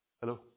Hello